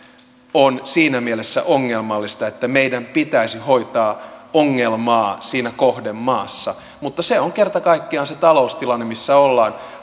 on siinä mielessä ongelmallista että meidän pitäisi hoitaa ongelmaa siinä kohdemaassa mutta se on kerta kaikkiaan se taloustilanne missä ollaan